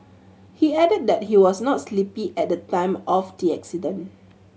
he added that he was not sleepy at the time of the accident